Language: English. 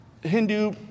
Hindu